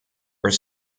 are